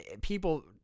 People